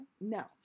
No